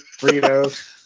Fritos